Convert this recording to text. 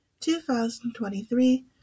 2023